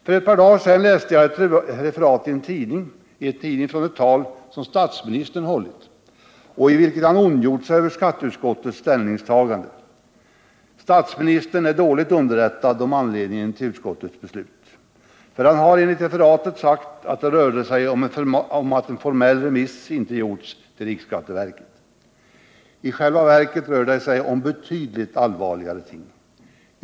För ett par dagar sedan läste jag i en tidning ett referat av ett tal som statsministern hållit och i vilket han ondgjort sig över skatteutskottets ställningstagande. Statsministern är dåligt underrättad om anledningen till utskottets beslut, för han har enligt referatet sagt att det rör sig om att en formell remiss inte gjorts till riksskatteverket. I själva verket rör det sig här om betydligt allvarligare ting.